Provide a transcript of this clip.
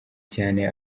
cyane